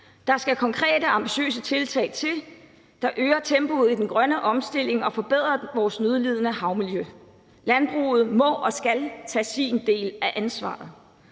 Der skal konkrete og ambitiøse tiltag til, som øger tempoet i den grønne omstilling og forbedrer vores nødlidende havmiljø. Landbruget må og skal tage sin del af ansvaret.